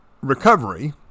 recovery